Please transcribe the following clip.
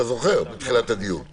אתה זוכר מתחילת הדיון?